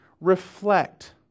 reflect